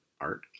art